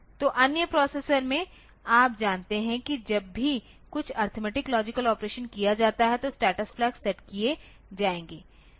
तो अन्य प्रोसेसर में आप जानते हैं कि जब भी कुछ अरिथमेटिक लॉजिक ऑपरेशन किया जाता है तो स्टेटस फ्लैग सेट किए जाएंगे